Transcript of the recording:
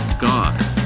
god